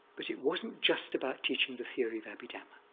but it wasn't just about teaching the theory of abhidhamma.